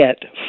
get